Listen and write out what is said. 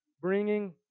bringing